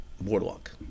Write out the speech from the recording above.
boardwalk